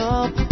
up